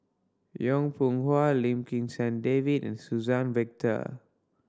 Yong Pung How Lim Kim San David and Suzann Victor